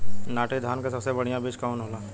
नाटी धान क सबसे बढ़िया बीज कवन होला?